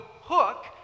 hook